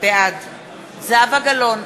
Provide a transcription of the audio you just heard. בעד זהבה גלאון,